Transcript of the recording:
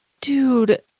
Dude